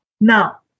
Now